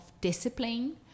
discipline